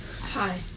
Hi